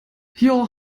hier